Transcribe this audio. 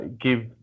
give